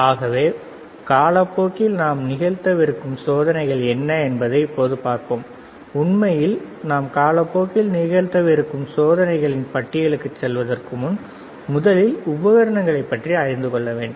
ஆகவே காலப்போக்கில் நாம் நிகழ்த்தவிருக்கும் சோதனைகள் என்ன என்பதை இப்போது பார்ப்போம் உண்மையில் நாம் காலப்போக்கில் நிகழ்த்தவிருக்கும் சோதனைகளின் பட்டியலுக்குச் செல்வதற்கு முன்பு முதலில் உபகரணங்களை பற்றி அறிந்து கொள்ள வேண்டும்